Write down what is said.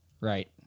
right